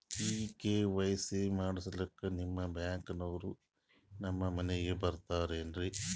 ಈ ಕೆ.ವೈ.ಸಿ ಮಾಡಸಕ್ಕ ನಿಮ ಬ್ಯಾಂಕ ಅವ್ರು ನಮ್ ಮನಿಗ ಬರತಾರೆನ್ರಿ?